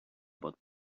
about